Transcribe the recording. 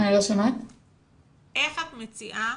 איך את מציעה